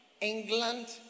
England